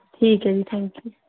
ਠੀਕ ਹੈ ਜੀ ਥੈਂਕਯੂ